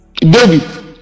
David